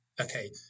Okay